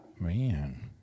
Man